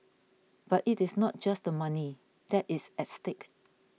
but it is not just the money that is at stake